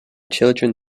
children